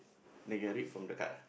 they get it from the card ah